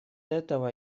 этого